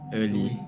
early